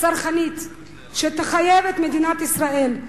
צרכנית שתחייב את מדינת ישראל,